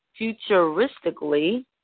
Futuristically